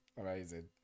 Amazing